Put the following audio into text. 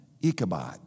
Ichabod